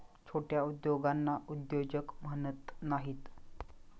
छोट्या उद्योगांना उद्योजक म्हणत नाहीत